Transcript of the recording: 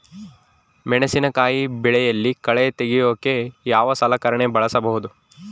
ಮೆಣಸಿನಕಾಯಿ ಬೆಳೆಯಲ್ಲಿ ಕಳೆ ತೆಗಿಯೋಕೆ ಯಾವ ಸಲಕರಣೆ ಬಳಸಬಹುದು?